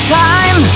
time